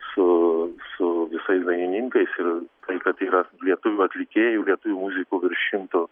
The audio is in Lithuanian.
su su visais dainininkais ir kad tai yra lietuvių atlikėjų lietuvių muzikų virš šimto